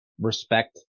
respect